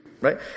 Right